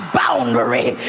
boundary